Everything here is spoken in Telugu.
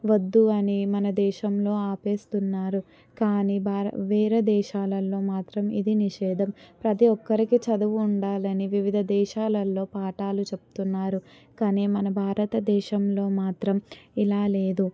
వద్దు అని మనదేశంలో ఆపేస్తున్నారు కానీ భార వేరే దేశాలల్లో మాత్రం ఇది నిషేధం ప్రతి ఒక్కరికి చదువు ఉండాలని వివిధ దేశాలల్లో పాఠాలు చెప్తున్నారు కానీ మన భారతదేశంలో మాత్రం ఇలా లేదు